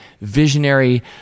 visionary